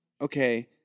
okay